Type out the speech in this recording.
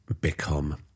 become